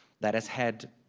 that has had